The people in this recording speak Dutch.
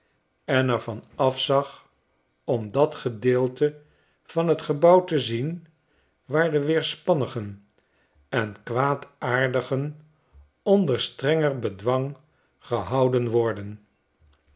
en er van afzag om dat gedeelte van t gebouw te zien waar de weerspannigen en kwaadaardigen onder strenger bedwang gehouden worden